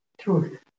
Truth